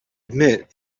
admit